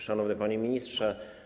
Szanowny Panie Ministrze!